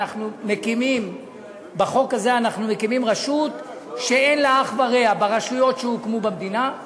מקימים בחוק הזה רשות שאין לה אח ורע ברשויות שהוקמו במדינה.